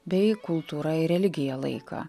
bei kultūra ir religija laiką